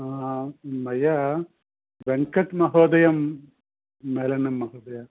मया वेङ्कट्महोदयं मेलनं महोदय